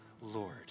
Lord